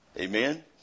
Amen